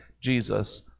Jesus